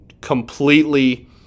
completely